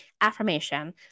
affirmation